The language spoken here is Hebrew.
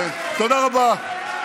תודה רבה.